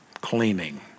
cleaning